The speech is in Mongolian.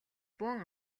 бөөн